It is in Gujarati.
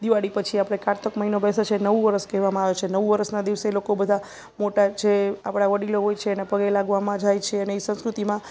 દિવાળી પછી આપણે કારતક મહિનો બેસે છે નવું વર્ષ કહેવામાં આવે છે નવું વર્ષના દિવસે લોકો બધા મોટા જે આપણા વડીલો હોય છે એના પગે લાગવામાં જાય છે અને એ સંસ્કૃતિમાં